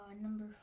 number